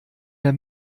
der